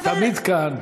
היא תמיד כאן.